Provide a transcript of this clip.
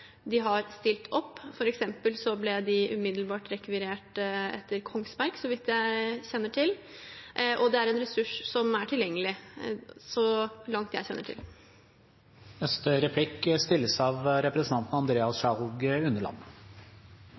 de har stilt opp, f.eks. ble de umiddelbart rekvirert etter hendelsen på Kongsberg, så vidt jeg kjenner til. Det er en ressurs som er tilgjengelig, så langt jeg kjenner til.